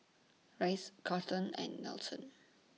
Rice Charlton and Nelson